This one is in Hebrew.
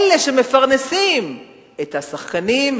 אלה שמפרנסים את השחקנים,